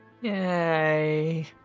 Yay